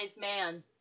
man